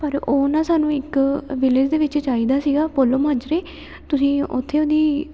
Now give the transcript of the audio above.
ਪਰ ਉਹ ਨਾ ਸਾਨੂੰ ਇੱਕ ਵਿਲੇਜ ਦੇ ਵਿੱਚ ਚਾਹੀਦਾ ਸੀਗਾ ਪੋਲੋ ਮਾਜਰੇ ਤੁਸੀਂ ਉੱਥੇ ਉਹਦੀ